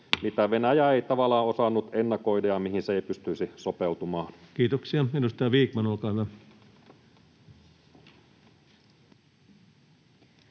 mitä Venäjä ei tavallaan osannut ennakoida ja mihin se ei pystyisi sopeutumaan. [Speech 143] Speaker: